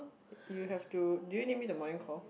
you have to do you need me to morning call